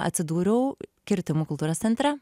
atsidūriau kirtimų kultūros centre